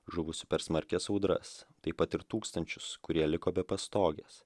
žuvusių per smarkias audras taip pat ir tūkstančius kurie liko be pastogės